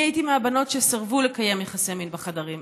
אני הייתי מהבנות שסירבו לקיים יחסי מין בחדרים,